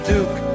Duke